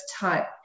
type